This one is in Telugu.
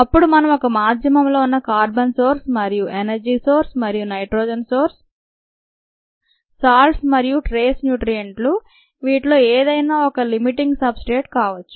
అప్పుడు మనం ఒక మాధ్యమంలో ఉన్న కార్బన్ సోర్స్ మరియుఎనర్జీ సోర్స్ మరియు నైట్రోజన్ సోర్స్ సాల్ట్స్ మరియు ట్రేస్ న్యూట్రియంట్ లు వీటిలో ఏదైనా ఒక ఒక లిమిటింగ్ సబ్ స్ట్రేట్ కావోచ్చు